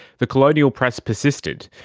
the colonial press persisted,